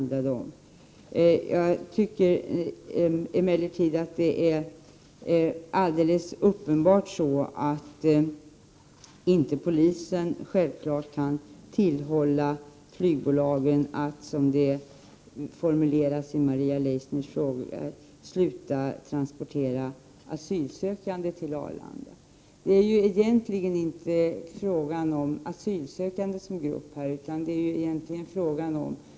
Det är emellertid alldeles uppenbart på det sättet att polisen inte kan tillhålla flygbolagen att sluta transportera asylsökande till Arlanda, som Maria Leissner formulerar saken i sin fråga. Det här är egentligen inte en fråga om asylsökande.